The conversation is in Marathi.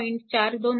428V आणि v2 20